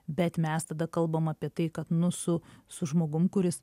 bet mes tada kalbam apie tai kad nu su su žmogum kuris